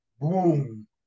boom